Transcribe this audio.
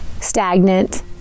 stagnant